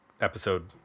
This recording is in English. episode